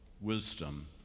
wisdom